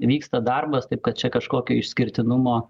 vyksta darbas taip kad čia kažkokio išskirtinumo